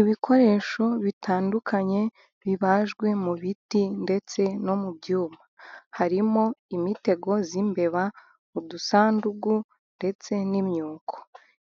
Ibikoresho bitandukanye, bibajwe mu biti ndetse no mu byuma. Harimo imitego y'imbeba, udusandugu, ndetse n'imyuko.